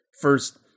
first